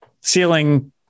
ceiling